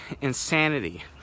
insanity